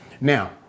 now